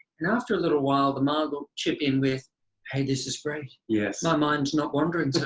and after a little while the mind will chip in with hey this is great yes. my mind is not wandering so